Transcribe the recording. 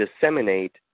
disseminate